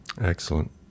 Excellent